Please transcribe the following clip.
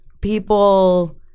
people